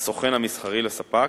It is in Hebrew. הסוכן המסחרי לספק,